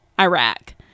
Iraq